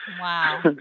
Wow